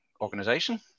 organization